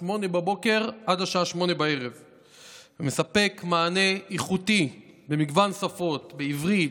8:00 עד השעה 20:00. הוא מספק מענה איכותי במגוון שפות: בעברית,